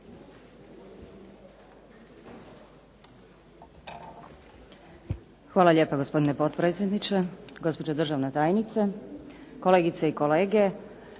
Hvala lijepa gospodine potpredsjedniče, gospođo državna tajnice, kolegice i kolege.